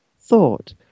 thought